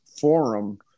forum